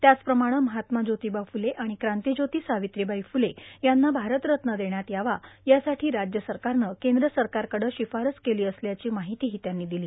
त्याचप्रमाणं महात्मा ज्योतिबा फूले आणि क्रांतीज्योती सावित्रीबाई फूले यांना भारतरत्न देण्यात यावा यासाठी राज्य सरकारनं केंद्र सरकारकडं शिफारस केली असल्याची माहितीही त्यांनी दिली